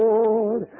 Lord